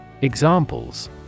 Examples